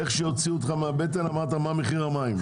איך שהוציאו אותך מהבטן אמרת מה מחיר המים.